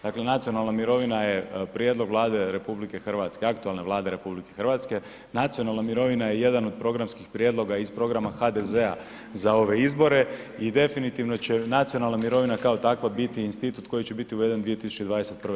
Dakle nacionalna mirovina je prijedlog Vlade RH, aktualne Vlade RH, nacionalna mirovina je jedan od programskih prijedloga iz programa HDZ-a za ove izbore i definitivno će nacionalna mirovina kao takva biti institut koji će biti uveden 2021.